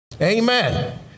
Amen